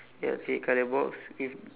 ya three red colour box with